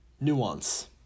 Nuance